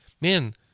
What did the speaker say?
man